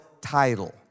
title